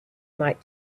might